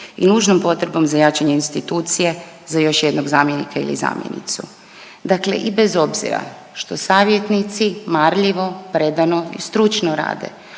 i nužnom potrebom za jačanje institucije za još jednog zamjenika ili zamjenicu. Dakle i bez obzira što savjetnici marljivo, predano i stručno rade,